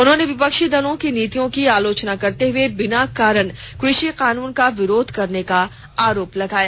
उन्होंने विपक्षी दलों की नीतियों की आलोचना करते हुए बिना कारण कृषि कानून का विरोध करने का आरोप लगाया